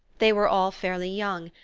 they were all fairly young,